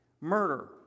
murder